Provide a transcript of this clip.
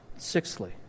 Sixthly